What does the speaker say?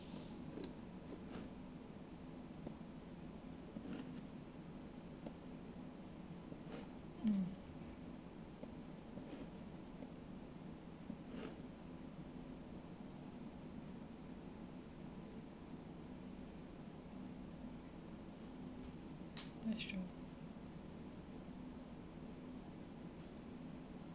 mm that's true